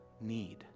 need